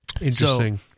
Interesting